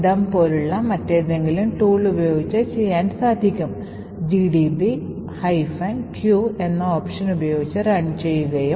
ഇത് അർത്ഥമാക്കുന്നത് ഒരു പ്രത്യേക സെഗ്മെന്റിനായി ഉദാഹരണത്തിന് സ്റ്റാക്ക് സെഗ്മെന്റിന് ആ പ്രത്യേക സെഗ്മെന്റിലേക്ക് എഴുതാനോ ആ സെഗ്മെന്റിൽ നിന്ന് എക്സിക്യൂട്ട് ചെയ്യാനോ കഴിയും